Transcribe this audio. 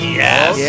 yes